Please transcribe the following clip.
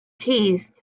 cheese